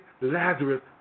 Lazarus